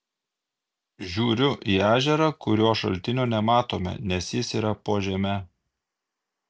žiūriu į ežerą kurio šaltinio nematome nes jis yra po žeme